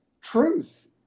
truth